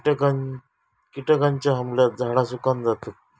किटकांच्या हमल्यात झाडा सुकान जातत